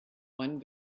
one